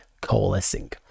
coalescing